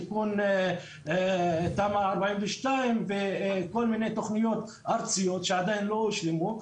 תיקון תמ"א 42 וכל מיני תכניות ארציות שעדיין לא הושלמו.